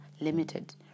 limited